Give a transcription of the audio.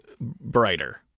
brighter